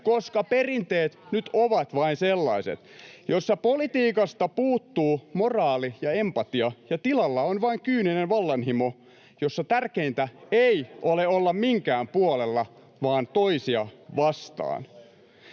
koska perinteet nyt vain ovat sellaiset, ja jossa politiikasta puuttuu moraali ja empatia, ja tilalla on vain kyyninen vallanhimo, [Juho Eerolan välihuuto] jossa tärkeintä ole olla minkään puolella vaan toisia vastaan?